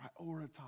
prioritize